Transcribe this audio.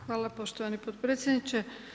Hvala poštovani potpredsjedniče.